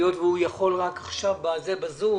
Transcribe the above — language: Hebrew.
היות שהוא יכול רק עכשיו בזום